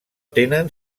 tenen